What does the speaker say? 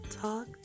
talk